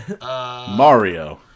Mario